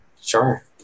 Sure